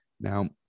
Now